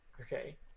Okay